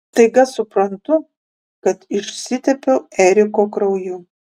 staiga suprantu kad išsitepiau eriko krauju